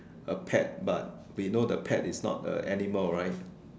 a pet but we know the pet is not a animal right